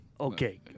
Okay